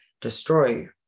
destroy